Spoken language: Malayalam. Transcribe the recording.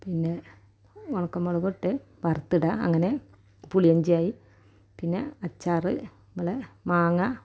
പിന്നെ ഉണക്കമുളകും ഇട്ട് വറുത്തിടുക അങ്ങനെ പുളിയിഞ്ചി ആയി പിന്നെ അച്ചാർ മാങ്ങ